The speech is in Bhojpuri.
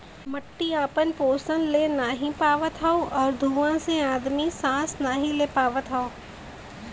मट्टी आपन पोसन ले नाहीं पावत आउर धुँआ से आदमी सांस नाही ले पावत हौ